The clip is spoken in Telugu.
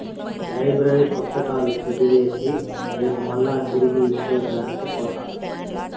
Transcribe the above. లైబ్రరీ పుస్తకాలు చదివేసి రేపు మల్లా తిరిగి ఇచ్చే దానికి పోత